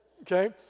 okay